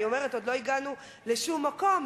אני אומרת: עוד לא הגענו לשום מקום,